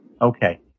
Okay